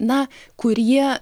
na kurie